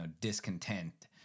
discontent